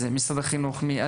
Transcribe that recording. אז משרד החינוך, מי?